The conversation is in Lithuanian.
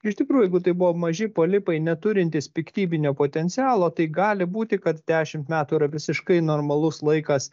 iš tikrųjų jeigu tai buvo maži polipai neturintys piktybinio potencialo tai gali būti kad dešimt metų yra visiškai normalus laikas